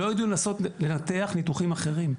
לא ידעו לנתח ניתוחים אחרים.